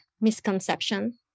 misconception